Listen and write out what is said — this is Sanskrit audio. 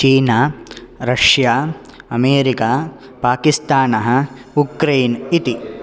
चीना रष्या अमरिका पाकिस्तानः उक्रेन् इति